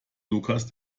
lukas